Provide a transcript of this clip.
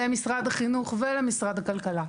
למשרד החינוך ולמשרד הכלכלה.